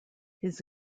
his